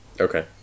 Okay